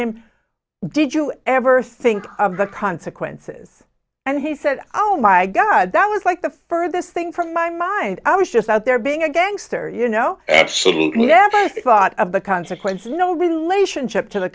him did you ever think of the consequences and he said oh my god that was like the furthest thing from my mind i was just out there being a gangster you know absolutely never thought of the consequences no relationship to the